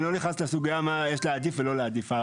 אני לא נכנס לסוגייה מה יש להעדיף ולא להעדיף.